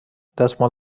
دستمال